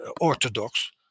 Orthodox